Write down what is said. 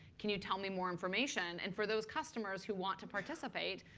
can you tell me more information. and for those customers who want to participate,